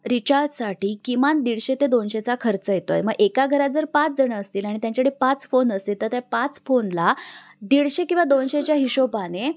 रिचार्जसाठी किमान दीडशे ते दोनशेचा खर्च येतो आहे मग एका घरात जर पाचजणं असतील आणि त्यांच्याकडे पाच फोन असतील तर त्या पाच फोनला दीडशे किंवा दोनशेच्या हिशोबाने